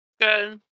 good